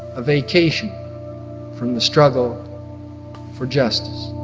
a vacation from the struggle for justice